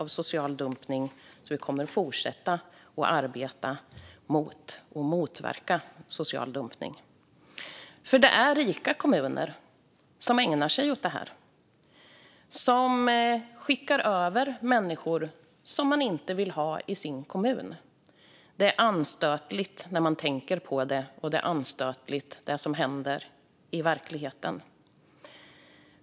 Vi kommer att fortsätta att motverka social dumpning. Det är rika kommuner som ägnar sig åt detta, som skickar över människor som de inte vill ha i sin kommun. Det är anstötligt när man tänker på det, och det är anstötligt när det händer i verkligheten.